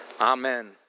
Amen